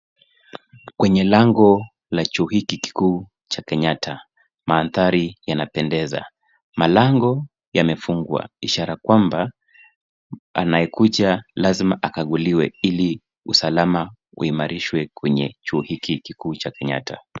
Kwenye lango la chuo hiki kikuu cha Kenyatta. Mandhari yanapendeza. Malango yamefungwa ishara kwamba anayekuja lazima akaguliwe ili usalama uimarishwe kwenye chuo hiki kikuu cha Kenyatta.